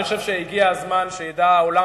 אני חושב שהגיע הזמן שידע העולם,